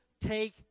take